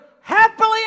Happily